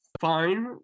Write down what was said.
fine